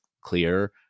clear